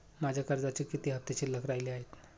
माझ्या कर्जाचे किती हफ्ते शिल्लक राहिले आहेत?